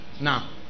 Now